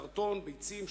קרטון ביצים,